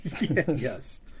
Yes